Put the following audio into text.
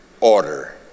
order